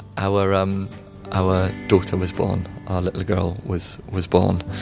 our um our daughter was born, our little girl was was born.